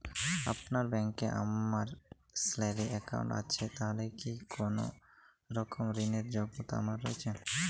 আপনার ব্যাংকে আমার স্যালারি অ্যাকাউন্ট আছে তাহলে কি কোনরকম ঋণ র যোগ্যতা আমার রয়েছে?